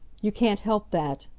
you can't help that.